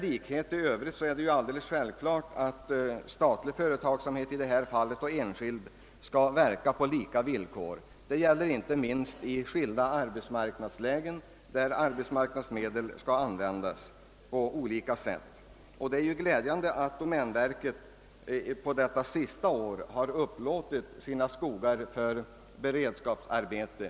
I övrigt är det självklart att statlig företagsamhet och enskild skall verka på lika villkor. Det gäller inte minst i skilda arbetsmarknadslägen, där arbetsmarknadsmedel bör användas på i princip lika villkor. Det är glädjande att domänverket under det senaste året har upplåtit sina skogar för beredskapsarbete.